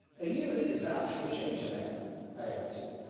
a year is apt to change a man, i answered.